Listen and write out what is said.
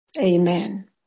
amen